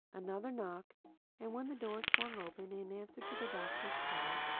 another knock and when the door swung open in answer to the doctor's call,